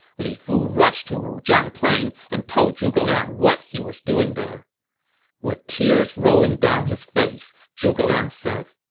li fu rushed to wuzhang plain and told zhuge liang what he was doing there with tears rolling down his face, zhuge liang said,